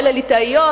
ואלה ליטאיות,